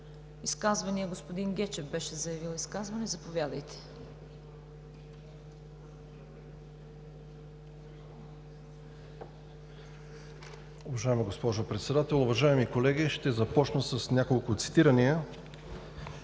Изказвания – господин Гечев беше заявил изказване. Заповядайте.